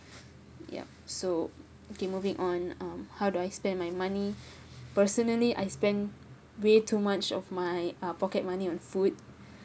ya so okay moving on um how do I spend my money personally I spend way too much of my uh pocket money on food